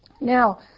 Now